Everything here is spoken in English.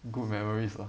good memories ah